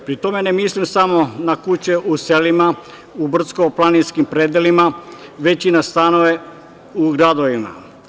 Pri tome, ne mislim samo na kuće u selima, u brdsko-planinskim predelima, već i na stanove u gradovima.